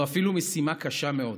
זו אפילו משימה קשה מאוד,